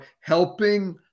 Helping